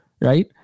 right